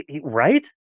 right